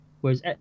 Whereas